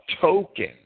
token